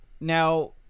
now